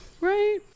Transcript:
Right